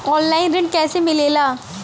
Online ऋण कैसे मिले ला?